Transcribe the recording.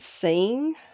seeing